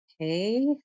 okay